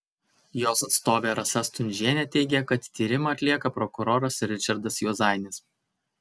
jos atstovė rasa stundžienė teigė kad tyrimą atlieka prokuroras ričardas juozainis